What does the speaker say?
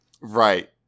Right